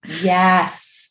Yes